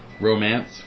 Romance